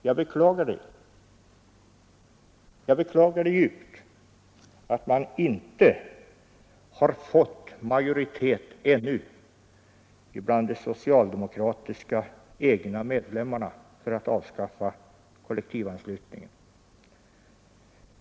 Jag beklagar djupt att man ännu inte har fått majoritet bland de socialdemokratiska medlemmarna för att kunna avskaffa kollektivanslutningen.